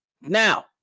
Now